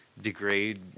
degrade